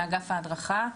מאגף ההדרכה.